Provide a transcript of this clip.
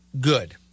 good